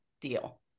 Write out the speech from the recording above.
deal